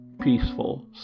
peaceful